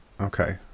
okay